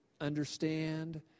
understand